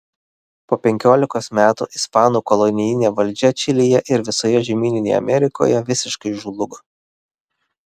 po penkiolikos metų ispanų kolonijinė valdžia čilėje ir visoje žemyninėje amerikoje visiškai žlugo